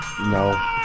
No